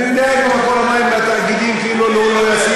אני יודע שרפורמת המים והתאגידים היא כאילו לא ישימה,